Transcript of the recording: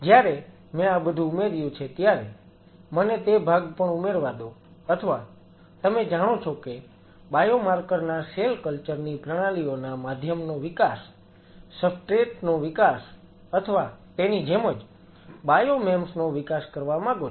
જ્યારે મેં આ બધું ઉમેર્યું છે ત્યારે મને તે ભાગ પણ ઉમેરવા દો અથવા તમે જાણો છો કે બાયોમાર્કર ના સેલ કલ્ચર ની પ્રણાલીઓના માધ્યમનો વિકાસ સબસ્ટ્રેટ નો વિકાસ અથવા તેની જેમ જ બાયો મેમ્સ નો વિકાસ કરવા માંગો છો